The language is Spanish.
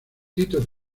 tito